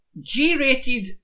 G-rated